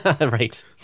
Right